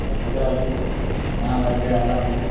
ଆର୍ ପଚ୍ରାଲେ କା'ଣା ଟା ଇ'ଟା ହେଲା ବୋଲି